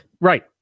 right